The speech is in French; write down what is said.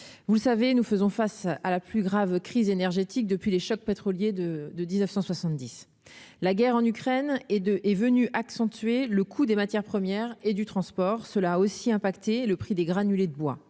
vous le savez, nous faisons face à la plus grave crise énergétique depuis les chocs pétroliers de de 1970 la guerre en Ukraine et de est venue accentuer le coût des matières premières et du transport, cela aussi impacté le prix des granulés de bois